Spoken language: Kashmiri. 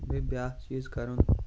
بیٚیہِ بیاکھ چیٖز کَرُن